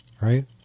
right